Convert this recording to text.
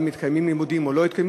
האם מתקיימים לימודים או לא יתקיימו